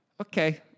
Okay